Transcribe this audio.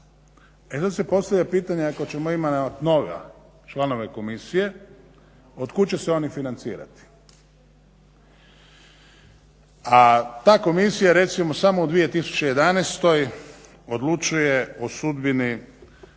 E sad se postavlja pitanje ako ćemo imat nove članove komisije otkud će se oni financirati, a ta komisija recimo samo u 2011. odlučuje o sudbini